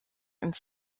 ins